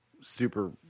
super